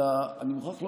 אלא אני מוכרח לומר,